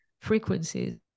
frequencies